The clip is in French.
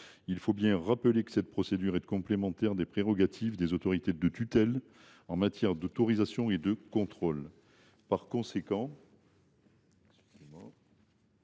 Il convient de rappeler que cette procédure est complémentaire des prérogatives des autorités de tutelle en matière d’autorisation et de contrôle. Par conséquent,